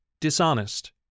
dishonest